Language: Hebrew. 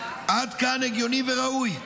עד כאן הגיוני וראוי.